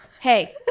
hey